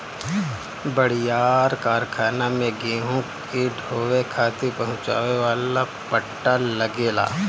बड़ियार कारखाना में गेहूं के ढोवे खातिर पहुंचावे वाला पट्टा लगेला